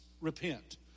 Repent